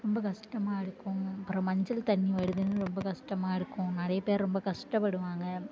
ரொம்ப கஷ்டமாக இருக்கும் அப்புறம் மஞ்சள் தண்ணி வருதுன்னு ரொம்ப கஷ்டமாக இருக்கும் நிறைய பேர் ரொம்ப கஷ்டப்படுவாங்க